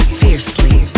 fiercely